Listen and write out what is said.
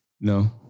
No